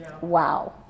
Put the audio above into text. Wow